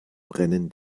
brennen